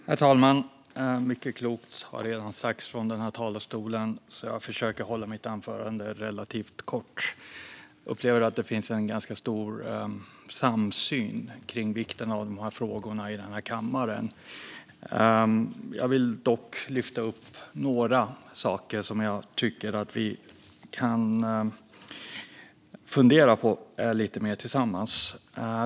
Herr talman! Mycket klokt har redan sagts från denna talarstol, så jag ska försöka hålla mitt anförande relativt kort. Jag upplever att det finns en ganska stor samsyn kring vikten av dessa frågor i denna kammare. Jag vill dock lyfta upp några saker som jag tycker att vi kan fundera på lite mer tillsammans.